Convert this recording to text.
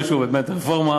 רפורמה